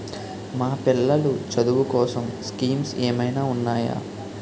మా పిల్లలు చదువు కోసం స్కీమ్స్ ఏమైనా ఉన్నాయా?